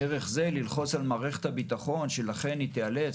דרך זה ללחוץ על מערכת הביטחון שלכן היא תיאלץ